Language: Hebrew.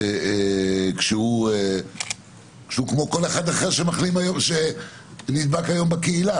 כשהוא כמו כל אחד אחר שנדבק היום בקהילה.